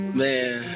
man